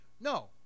No